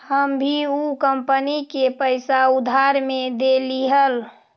हम भी ऊ कंपनी के पैसा उधार में देली हल